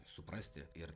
suprasti ir